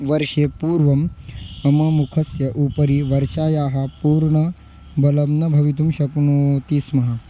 वर्षे पूर्वं मम मुखस्य उपरि वर्षायाः पूर्णबलं न भवितुं शक्नोति स्म